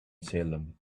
salem